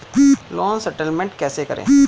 Loan settlement कैसे करें?